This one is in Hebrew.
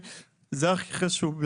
את זה הכי חשוב להגיד.